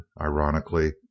ironically